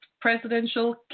presidential